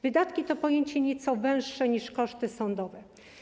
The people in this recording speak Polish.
Wydatki to pojęcie nieco węższe niż koszty sądowe.